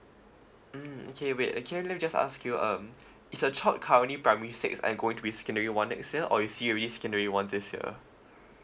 mm okay wait okay let me just ask you um is the child curently primary six and going to be secondary one next year or is he really secondary one this year